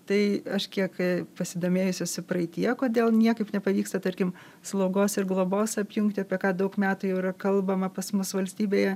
tai aš kiek pasidomėjusi esu praeityje kodėl niekaip nepavyksta tarkim slogos ir globos apjungti apie ką daug metų jau yra kalbama pas mus valstybėje